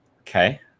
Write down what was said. Okay